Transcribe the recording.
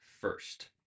first